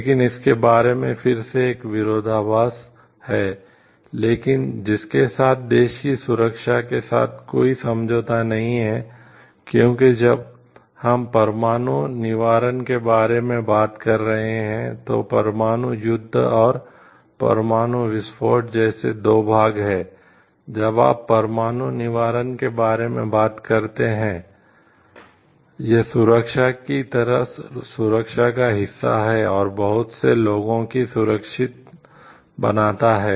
लेकिन इसके बारे में फिर से एक विरोधाभास है लेकिन जिसके साथ देश की सुरक्षा के साथ कोई समझौता नहीं है क्योंकि जब हम परमाणु निवारण के बारे में बात कर रहे हैं तो परमाणु युद्ध और परमाणु विस्फोट जैसे दो भाग हैं जब आप परमाणु निवारण के बारे में बात करते हुए यह सुरक्षा की तरह सुरक्षा का हिस्सा है और बहुत से लोगों को सुरक्षित बनाता है